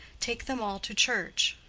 take them all to church.